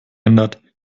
ändert